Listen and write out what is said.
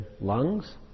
lungs